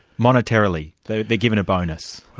monetarily, they're they're given a bonus?